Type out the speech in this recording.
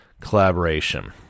collaboration